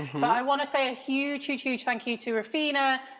um i want to say a huge huge thank you to ruphina,